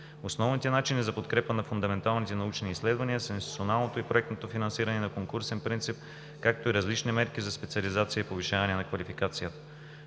Основните начини за подкрепа на фундаменталните научни изследвания са националното и проектно финансиране на конкурсен принцип, както и различни мерки за специализация и повишаване на квалификацията.